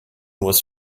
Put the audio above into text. was